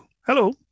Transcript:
hello